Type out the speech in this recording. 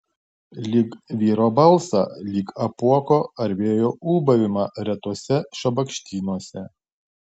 lyg vyro balsą lyg apuoko ar vėjo ūbavimą retuose šabakštynuose